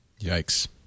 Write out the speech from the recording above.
Yikes